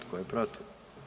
Tko je protiv?